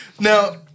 Now